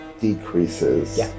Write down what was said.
decreases